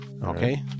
Okay